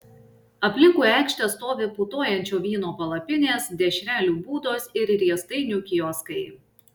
aplinkui aikštę stovi putojančio vyno palapinės dešrelių būdos ir riestainių kioskai